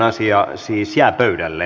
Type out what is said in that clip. asia siis jää pöydälle